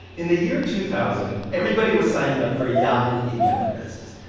in the year two thousand, everybody was signing up for yahoo email addresses.